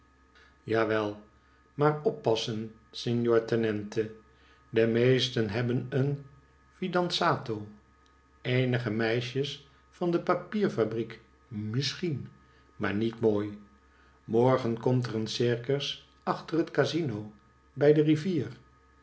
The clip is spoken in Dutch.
jawel maar oppassen signor tcnente de meesten hebben een fidanzato eenige meisjes van de papierfabriek misschien maar niet mooi morgen komt er een circus achter het casino bij de rivier